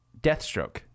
Deathstroke